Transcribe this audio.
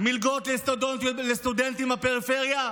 מלגות לסטודנטים בפריפריה,